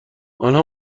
آنها